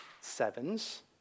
sevens